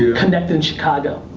connected in chicago.